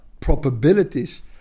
probabilities